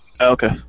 Okay